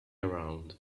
around